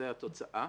זו התוצאה.